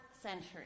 century